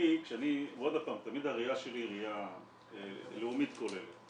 תמיד הראיה שלי היא ראיה לאומית כוללת.